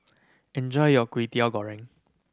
enjoy your Kwetiau Goreng